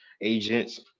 Agents